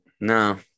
No